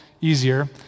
easier